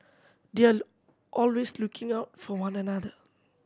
they are always looking out for one another